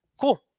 cool